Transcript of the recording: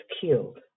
killed